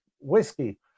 whiskey